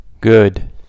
Good